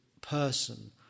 person